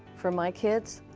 for my kids,